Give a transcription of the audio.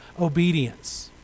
obedience